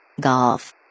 Golf